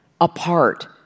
apart